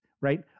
right